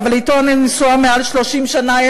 אבל אתו אני נשואה מעל 30 שנה,